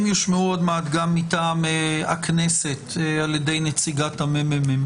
--- הדברים יושמעו עוד מעט גם מטעם הכנסת על ידי נציגת הממ"מ.